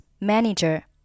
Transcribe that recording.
manager